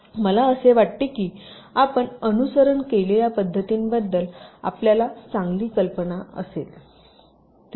तर मला असे वाटते की आपण अनुसरण केलेल्या पद्धतींबद्दल आपल्याला चांगली कल्पना असेल